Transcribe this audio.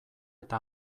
eta